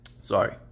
sorry